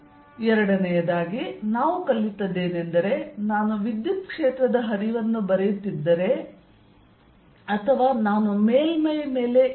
ಸಂಖ್ಯೆ 2 ನಾವು ಕಲಿತದ್ದೇನೆಂದರೆ ನಾನು ವಿದ್ಯುತ್ ಕ್ಷೇತ್ರದ ಹರಿವನ್ನು ಬರೆಯುತ್ತಿದ್ದರೆ ಅಥವಾ ನಾನು ಮೇಲ್ಮೈ ಮೇಲೆ E